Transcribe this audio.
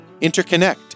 interconnect